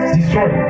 Destroy